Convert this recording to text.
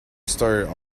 started